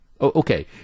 Okay